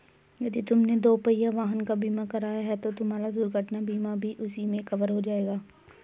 यदि तुमने दुपहिया वाहन का बीमा कराया है तो तुम्हारा दुर्घटना बीमा भी उसी में कवर हो जाएगा